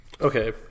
Okay